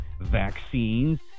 vaccines